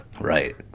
Right